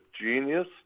genius